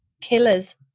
killers